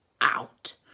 out